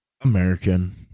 American